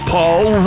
Paul